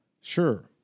Sure